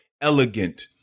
elegant